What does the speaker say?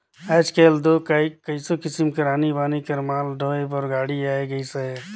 आएज काएल दो कइयो किसिम कर आनी बानी कर माल डोहे बर गाड़ी आए गइस अहे